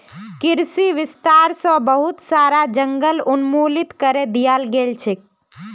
कृषि विस्तार स बहुत सारा जंगल उन्मूलित करे दयाल गेल छेक